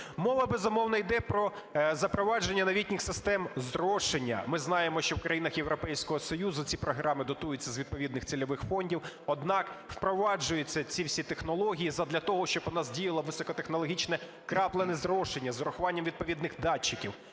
Мова, безумовно, йде про запровадження новітніх систем зрошення. Ми знаємо, що в країнах Європейського Союзу ці програми дотуються з відповідних цільових фондів. Однак впроваджуються ці всі технології задля того, щоб у нас діяло високотехнологічне краплене зрощення з урахуванням відповідних датчиків.